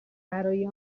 برای